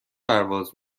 پرواز